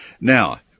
now